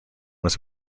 was